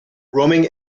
roaming